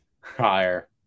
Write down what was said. Higher